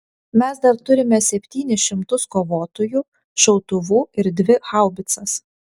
mes dar turime septynis šimtus kovotojų šautuvų ir dvi haubicas